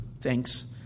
Thanks